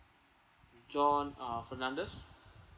john ah fernandez